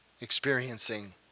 experiencing